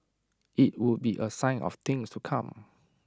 IT would be A sign of things to come